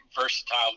versatile